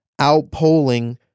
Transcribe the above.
outpolling